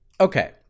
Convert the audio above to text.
okay